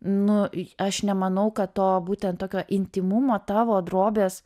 nu aš nemanau kad to būtent tokio intymumo tavo drobės